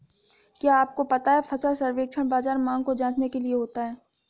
क्या आपको पता है फसल सर्वेक्षण बाज़ार मांग को जांचने के लिए होता है?